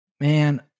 Man